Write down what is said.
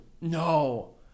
No